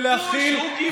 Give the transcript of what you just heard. ולהכיל,